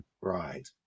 right